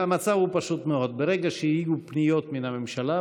המצב הוא פשוט מאוד: ברגע שיהיו פניות מן הממשלה,